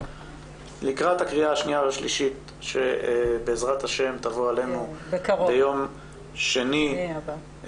לקראת הקריאה השנייה והשלישית שבעזרת השם תבוא עלינו ביום שני הבא,